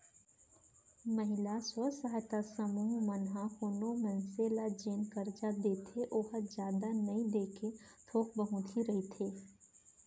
महिला स्व सहायता समूह मन ह कोनो मनसे ल जेन करजा देथे ओहा जादा नइ देके थोक बहुत ही रहिथे